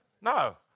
No